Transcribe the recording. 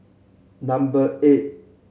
number eight